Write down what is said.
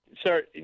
Sir